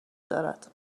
دارد